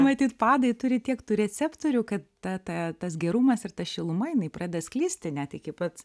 matyt padai turi tiek tų receptorių kad ta ta tas gerumas ir ta šiluma jinai pradeda sklisti net iki pat